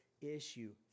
issue